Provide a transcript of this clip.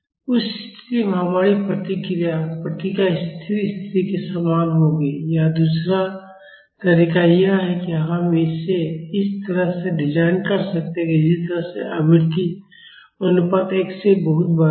उस स्थिति में हमारी प्रतिक्रिया प्रतिक्रिया स्थिर स्थिति के समान होगी या दूसरा तरीका यह है कि हम इसे इस तरह से डिज़ाइन कर सकते हैं जिस तरह से आवृत्ति अनुपात एक से बहुत बड़ा है